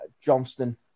Johnston